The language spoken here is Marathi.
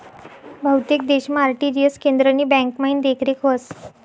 बहुतेक देशमा आर.टी.जी.एस केंद्रनी ब्यांकमाईन देखरेख व्हस